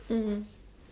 mm